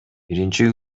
биринчи